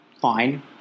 fine